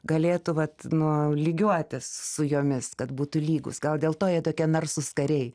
galėtų vat nu lygiuotis su jomis kad būtų lygūs gal dėl to jie tokie narsūs kariai